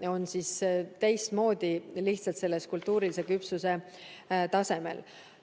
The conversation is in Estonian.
lihtsalt teistmoodi kultuurilise küpsuse tasemel.